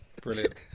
Brilliant